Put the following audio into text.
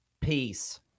peace